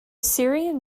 syrian